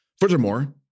Furthermore